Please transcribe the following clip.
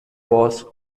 was